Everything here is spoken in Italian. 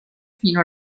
fino